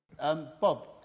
Bob